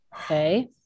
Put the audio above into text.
Okay